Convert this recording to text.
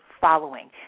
following